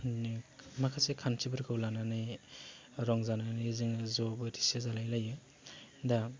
बिदिनो माखासे खान्थिफोरखौ लानानै रंजानानै जोङो ज' बोथिसे जालाय लायो दा